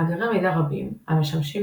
מאגרי מידע רבים המשמשים